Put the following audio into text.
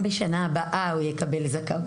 בשנה הבאה הוא יקבל זכאות.